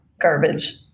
garbage